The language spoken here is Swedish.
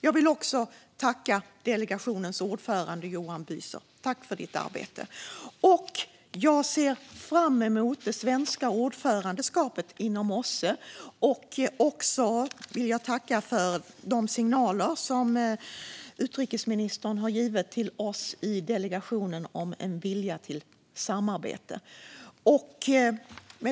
Jag vill också tacka delegationens ordförande Johan Büser för hans arbete. Jag ser fram emot det svenska ordförandeskapet inom OSSE och vill tacka för de signaler som utrikesministern har givit oss i delegationen om en vilja till samarbete.